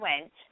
went